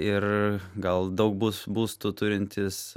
ir gal daug bus būstų turintys